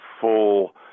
full